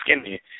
skinny